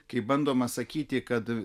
kai bandoma sakyti kad